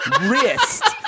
wrist